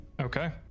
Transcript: Okay